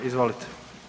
Izvolite.